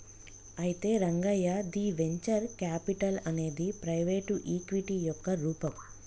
అయితే రంగయ్య ది venture capital అనేది ప్రైవేటు ఈక్విటీ యొక్క రూపం